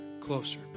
closer